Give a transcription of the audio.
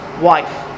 wife